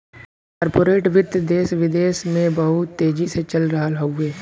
corporate वित्त देस विदेस में बहुत तेजी से चल रहल हउवे